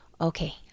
Okay